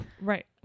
right